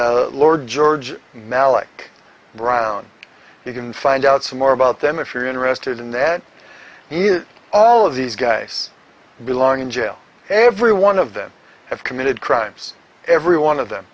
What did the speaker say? and lord george mallick brown you can find out some more about them if you're interested in that you all of these guys belong in jail every one of them have committed crimes every one of them